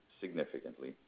significantly